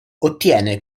ottiene